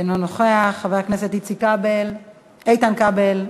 אינו נוכח, חבר הכנסת איתן כבל,